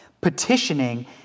Petitioning